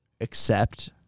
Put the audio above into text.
accept